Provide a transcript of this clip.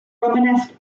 romanesque